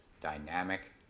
dynamic